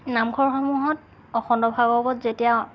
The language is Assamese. নামঘৰসমূহত অখণ্ড ভাগৱত যেতিয়া